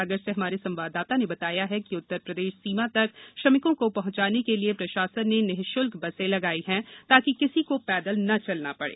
सागर से हमारे संवाददाता ने बताया है कि उत्तरप्रदेश सीमा तक श्रमिकों को पह्चाने के लिए प्रशासन ने निःश्ल्क बसें लगाई है ताकि किसी को पैदल न चलना पड़े